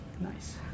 Nice